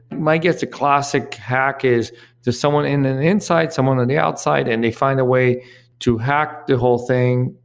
my guess the classic hack is to someone in an inside, someone on the outside and they find a way to hack the whole thing,